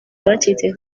abacitse